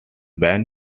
ben